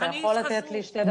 אתה יכול לתת לי שתי דקות.